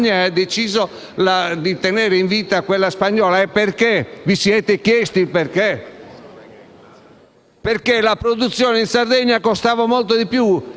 Spagna, ha deciso di tenere in vita quella spagnola. Perché? Vi siete chiesti perché? La produzione in Sardegna costava molto di più